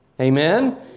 amen